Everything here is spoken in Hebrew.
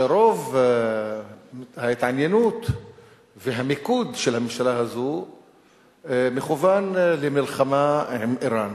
שרוב ההתעניינות והמיקוד של הממשלה הזאת מכוונים למלחמה עם אירן.